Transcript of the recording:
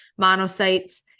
monocytes